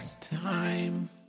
time